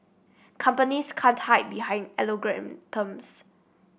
companies can't hide behind algorithms